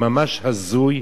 ממש הזוי.